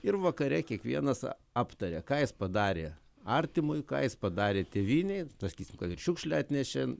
ir vakare kiekvienas aptaria ką jis padarė artimui ką jis padarė tėvynei pasakysim kad ir šiukšlę atnešė